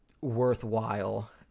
worthwhile